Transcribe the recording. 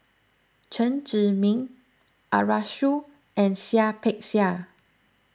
Chen Zhiming Arasu and Seah Peck Seah